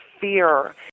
fear